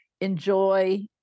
enjoy